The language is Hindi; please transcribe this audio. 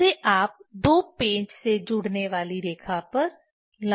उसे आप दो पेंच से जुड़ने वाली रेखा पर लंबवत रखें